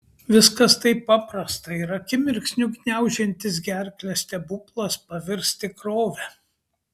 viskas taip paprasta ir akimirksniu gniaužiantis gerklę stebuklas pavirs tikrove